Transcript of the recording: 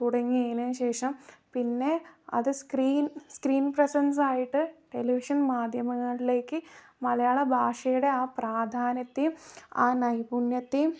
തുടങ്ങിയതിന് ശേഷം പിന്നെ അത് സ്ക്രീൻ സ്ക്രീൻ പ്രസൻസ് ആയിട്ട് ടെലിവിഷൻ മാധ്യമങ്ങളിലേക്ക് മലയാള ഭാഷയുടെ ആ പ്രാധാന്യത്തേയും ആ നൈപുണ്യത്തേയും